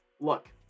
look